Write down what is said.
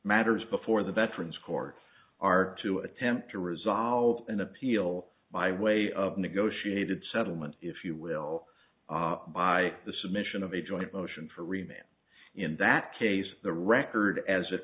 matters before the veterans court are to attempt to resolve an appeal by way of a negotiated settlement if you will by the submission of a joint motion for a man in that case the record as it